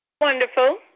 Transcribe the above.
Wonderful